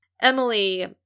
Emily